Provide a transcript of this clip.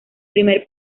primer